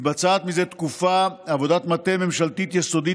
מתבצעת מזה תקופה עבודת מטה ממשלתית יסודית